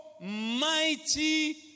mighty